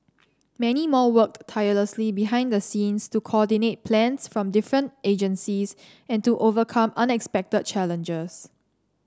many more worked tirelessly behind the scenes to coordinate plans from different agencies and to overcome unexpected challenges